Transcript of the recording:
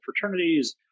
fraternities